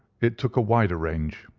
it took a wider range.